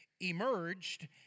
emerged